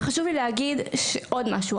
וחשוב לי לומר עוד משהו,